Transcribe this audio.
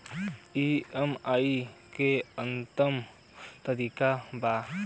EMI के अंतिम तारीख का बा?